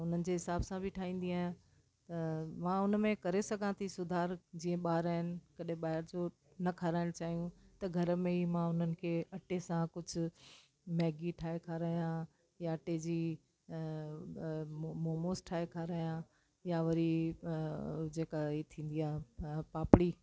त उन्हनि जे हिसाब सां बि ठाहींदी आहियां त मां उनमें करे सघां थी सुधारु जीअं ॿार आहिनि कॾहिं ॿाहिरि जो न खाराइण चाहियूं त घर में ई मां उन्हनि खे अटे सां कुझु मैगी ठाहे खारायां या अटे जी अ मोमोस ठाहे खारायां या वरी अ जेका थींदी आहे पापड़ी